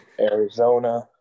arizona